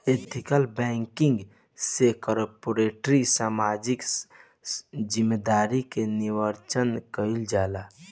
ethical banking से corporate सामाजिक जिम्मेदारी के निर्वाचन कईल जाला